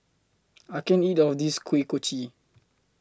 I can't eat All of This Kuih Kochi